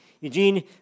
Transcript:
Eugene